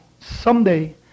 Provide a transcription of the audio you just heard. someday